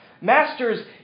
Masters